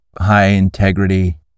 high-integrity